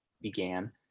began